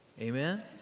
Amen